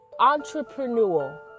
entrepreneurial